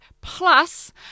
Plus